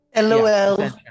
Lol